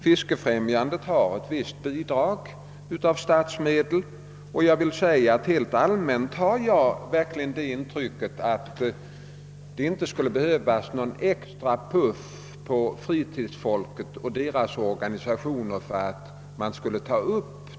Fiskefrämjandet har ett visst bidrag av statsmedel. Och helt allmänt vill jag säga att jag verkligen har det intrycket, att det inte skulle behövas någon extra puff på fritidsfolket och dess organisationer för att dessa frågor skulle tas upp.